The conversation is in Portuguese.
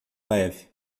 leve